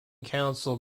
council